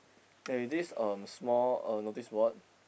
there is this um small uh noticeboard